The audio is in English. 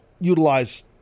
utilize